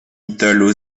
italo